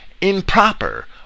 improper